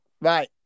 right